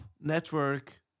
network